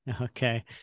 Okay